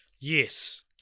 Yes